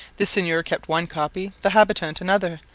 the seigneur kept one copy, the habitant another,